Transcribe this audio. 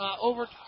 over